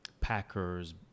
packers